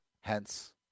hence